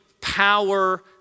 power